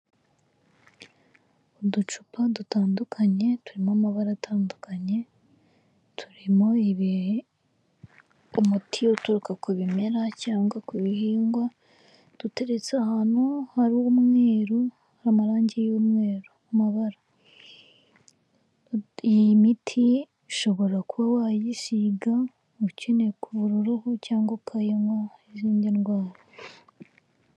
Uducupa dutandukanye turi mu mabara atandukanye, turimo umuti uturuka ku bimera cyangwa ku bihingwa, duteretse ahantu hari umweru, hari amarangi y'umweru amabara, iyi miti ushobora kuba wayisiga, ukeneye kuvura uruhu cyangwa ukayinywa n'izindi ndwara.